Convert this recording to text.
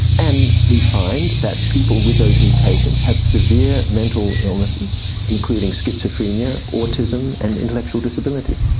and we find that people with those mutations have severe mental illnesses including schizophrenia, autism and intellectual disability.